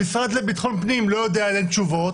המשרד לביטחון פנים לא יודע לתת תשובות,